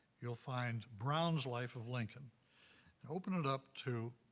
you'll find brown's life of lincoln and open it up to